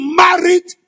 married